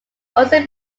also